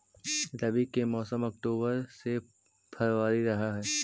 रब्बी के मौसम अक्टूबर से फ़रवरी रह हे